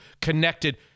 connected